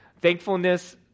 Thankfulness